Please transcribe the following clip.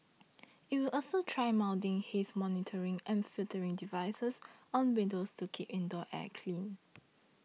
it will also try mounting haze monitoring and filtering devices on windows to keep indoor air clean